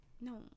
No